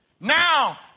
Now